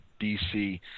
DC